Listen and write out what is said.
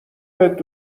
بهت